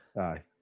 aye